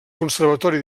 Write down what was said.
conservatori